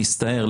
להסתער,